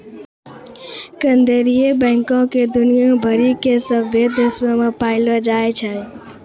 केन्द्रीय बैंको के दुनिया भरि के सभ्भे देशो मे पायलो जाय छै